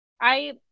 I-